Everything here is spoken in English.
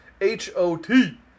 H-O-T